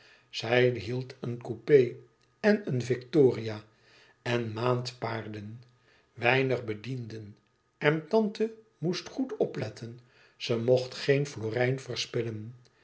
zij hield een coupé en een victoria en maandpaarden weinig bedienden en tante moest goed opletten ze mocht geen florijn verspillen